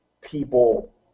people